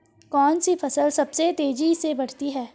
कौनसी फसल सबसे तेज़ी से बढ़ती है?